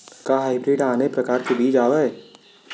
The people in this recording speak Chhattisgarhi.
का हाइब्रिड हा आने परकार के बीज आवय?